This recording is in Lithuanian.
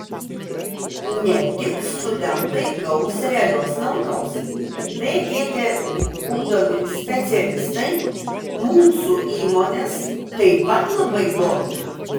ne tik studentai gaus realios naudos vgtu ugdomi specialistai mūsų įmones taip pat labai domina